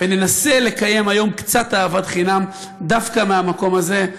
וננסה לקיים היום קצת אהבת חינם דווקא מהמקום הזה,